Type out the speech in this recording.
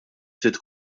ftit